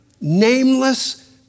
nameless